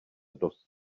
dost